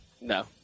No